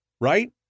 right